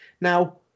Now